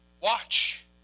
Watch